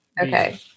Okay